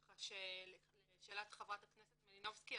כך שלשאלת חברת הכנסת מלינובסקי,